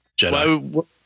Jedi